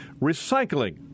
recycling